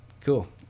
Cool